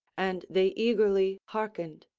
and they eagerly hearkened